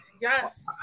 yes